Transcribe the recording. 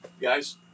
guys